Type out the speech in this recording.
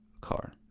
car